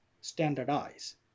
standardize